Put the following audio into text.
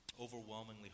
overwhelmingly